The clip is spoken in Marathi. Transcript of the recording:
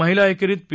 महिला एकेरीत पी